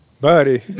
buddy